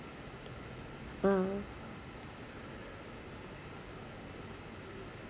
ah